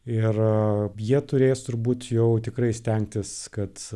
ir jie turės turbūt jau tikrai stengtis kad